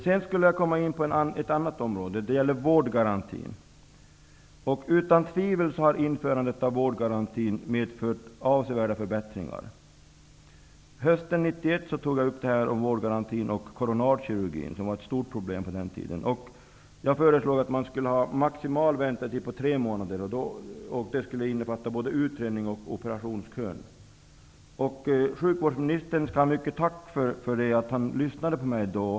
Jag skall nu komma in på ett annat område. Det handlar om vårdgarantin. Utan tvivel har införandet av vårdgarantin medfört avsevärda förbättringar. Hösten 1991 tog jag upp detta med vårdgaranti och coronarkirurgi, som var ett stort problem på den tiden. Jag föreslog att det skulle vara en maximal väntetid på tre månader. Den skulle innefatta både utrednings och operationskön. Sjukvårdsministern skall ha mycket tack för att han då lyssnade på mig.